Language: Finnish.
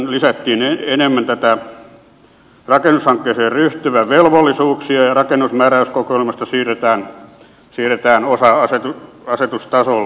lisättiin enemmän rakennushankkeeseen ryhtyvän velvollisuuksia ja rakennusmääräyskokoelmasta siirretään osa asetustasolle